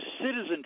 citizen